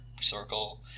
circle